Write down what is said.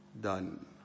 done